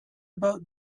about